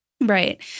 Right